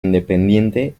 independiente